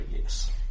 yes